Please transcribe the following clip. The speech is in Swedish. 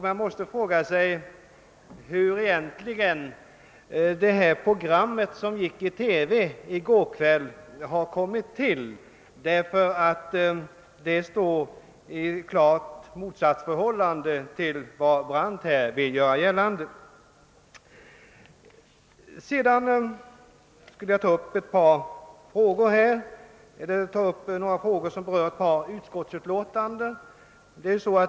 Man måste då fråga sig hur TV programmet i går kväll har tillkommit, eftersom det så klart motsäger vad herr Brandt här velat göra gällande. Jag skulle vilja ta upp några frågor som berörs i ett par utskottsutlåtanden.